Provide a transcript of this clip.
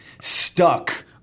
stuck